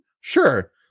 Sure